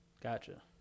Gotcha